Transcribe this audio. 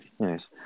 Yes